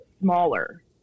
smaller